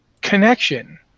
connection